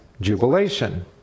jubilation